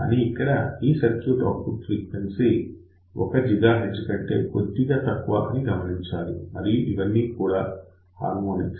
కానీ ఇక్కడ ఈ సర్క్యూట్ ఔట్పుట్ ఫ్రీక్వెన్సీ 1 GHz కంటే కొద్దిగా తక్కువ అని గమనించాలి మరియు ఇవన్నీ కూడా హార్మోనిక్స్